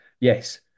Yes